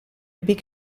big